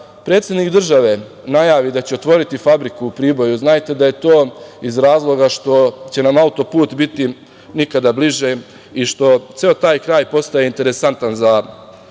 predsednik države najavi da će otvoriti fabriku u Priboju, znajte da je to iz razloga što će nam auto put biti nikada bliže i što ceo taj kraj postaje interesantan za